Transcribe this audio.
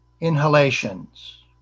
inhalations